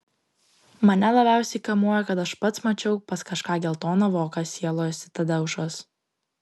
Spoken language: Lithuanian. mane labiausiai kamuoja kad aš pats mačiau pas kažką geltoną voką sielojosi tadeušas